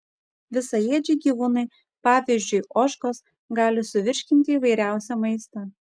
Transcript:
visaėdžiai gyvūnai pavyzdžiui ožkos gali suvirškinti įvairiausią maistą